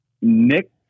Nick